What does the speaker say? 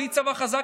בלי צבא חזק,